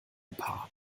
paar